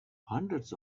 hundreds